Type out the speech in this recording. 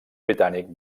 britànic